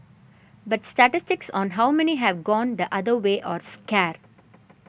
but statistics on how many have gone the other way are scar